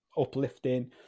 uplifting